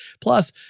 Plus